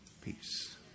Peace